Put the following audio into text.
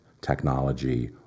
technology